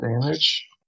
damage